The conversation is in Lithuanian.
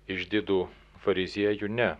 išdidų fariziejų ne